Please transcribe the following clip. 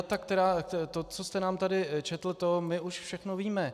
Ta data, to, co jste nám tady četl, my už všechno víme.